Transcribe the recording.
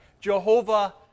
Jehovah